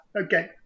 Okay